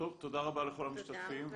תודה רבה לכל המשתתפים.